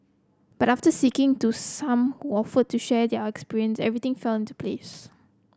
but after to some offered to share their experience everything fun to place